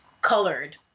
colored